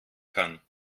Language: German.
kann